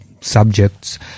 subjects